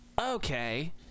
Okay